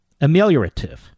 ameliorative